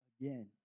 again